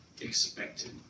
expected